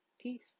Peace